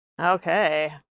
Okay